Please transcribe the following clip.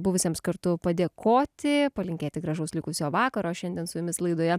buvusiems kartu padėkoti palinkėti gražaus likusio vakaro šiandien su jumis laidoje